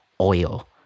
oil